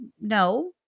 no